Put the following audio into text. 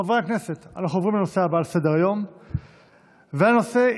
חברי הכנסת, אנחנו עוברים לנושא הבא על סדר-היום.